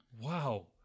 Wow